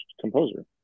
composer